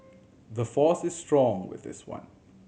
the force is strong with this one